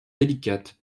délicates